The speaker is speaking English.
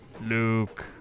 Luke